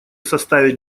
составить